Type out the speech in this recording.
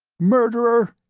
murderer!